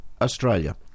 Australia